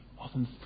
often